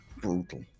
brutal